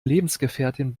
lebensgefährtin